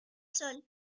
sol